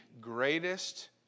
greatest